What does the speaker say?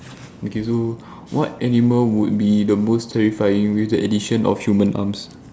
okay so what animal would be the most terrifying with the addition of human arms